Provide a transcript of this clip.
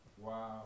Wow